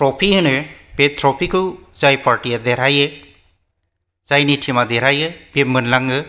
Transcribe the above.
trophy होनो बे ट्रोफिखौ जाय पार्टिया देरहायो जायनि टिमा देरहायो बियो मोनलाङो